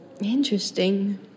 Interesting